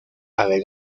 haber